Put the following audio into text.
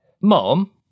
Mom